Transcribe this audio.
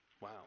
Wow